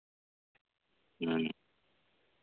ᱦᱮᱸ